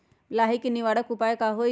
लाही के निवारक उपाय का होई?